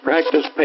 Practice